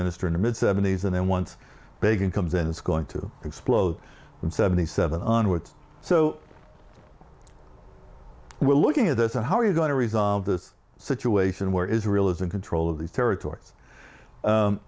minister in the mid seventy's and then once begun comes in it's going to explode from seventy seven onward so we're looking at this and how are you going to resolve this situation where israel is in control of these territor